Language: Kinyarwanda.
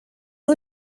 ubu